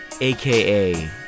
aka